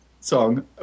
song